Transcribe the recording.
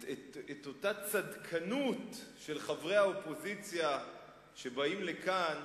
את אותה צדקנות של חברי האופוזיציה שבאים לכאן,